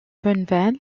bonneval